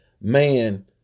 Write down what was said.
man